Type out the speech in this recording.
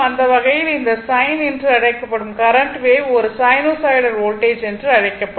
அந்த வகையில் இந்த சைன் என்று அழைக்கப்படும் கரண்ட் வேவ் ஒரு சைனூசாய்டல் வோல்டேஜ் என்று அழைக்கப்படும்